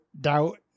doubt